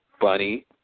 Bunny